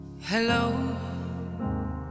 Hello